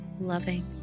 loving